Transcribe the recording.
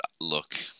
look